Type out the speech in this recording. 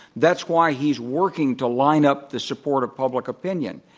that's why he's working to line up the support of public opinion,